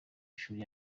ishuri